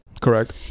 correct